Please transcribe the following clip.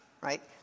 right